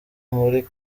muri